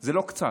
זה לא קצת.